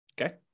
okay